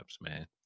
man